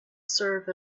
serve